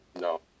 No